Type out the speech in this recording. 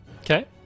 Okay